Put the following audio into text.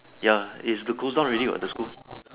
ya is to close down already what the school